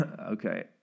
Okay